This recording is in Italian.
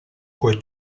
puoi